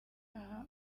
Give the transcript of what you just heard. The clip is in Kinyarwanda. aha